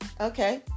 okay